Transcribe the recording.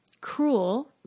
cruel